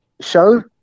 show